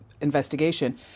investigation